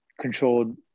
controlled